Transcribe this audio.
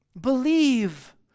Believe